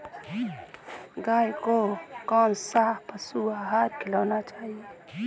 गाय को कौन सा पशु आहार खिलाना चाहिए?